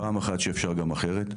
פעם אחת שאפשר גם אחרת,